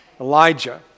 Elijah